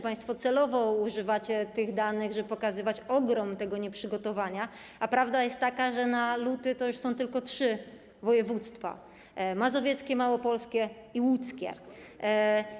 Państwo celowo używacie tych danych, żeby pokazywać ogrom nieprzygotowania, a prawda jest taka, że w lutym to już są tylko trzy województwa: mazowieckie, małopolskie i łódzkie.